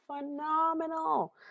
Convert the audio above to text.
phenomenal